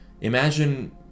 imagine